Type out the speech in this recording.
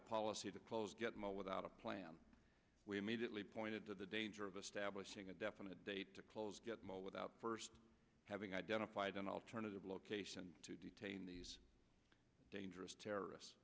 a policy to close gitmo without a plan we immediately pointed to the danger of establishing a definite date to close gitmo without first having identified an alternative location to detain these dangerous terrorists